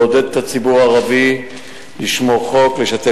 לעודד את הציבור הערבי לשמור חוק ולשתף